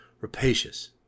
rapacious